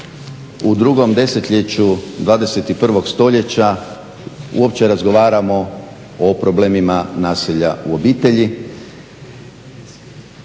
u drugom desetljeću 21. stoljeća uopće razgovaramo o problemima nasilja u obitelji.